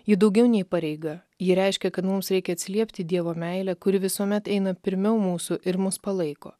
ji daugiau nei pareiga ji reiškia kad mums reikia atsiliepti į dievo meilę kuri visuomet eina pirmiau mūsų ir mus palaiko